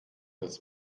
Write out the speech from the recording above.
des